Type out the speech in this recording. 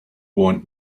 want